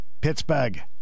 Pittsburgh